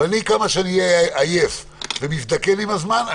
וכמה שאהיה עייף ואני מזדקן עם הזמן,